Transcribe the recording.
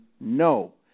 no